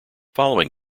following